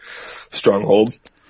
stronghold